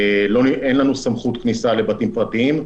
אין לנו סמכות כניסה לבתים פרטיים.